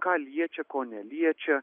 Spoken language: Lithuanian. ką liečia ko neliečia